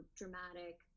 dramatic